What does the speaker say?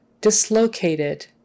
dislocated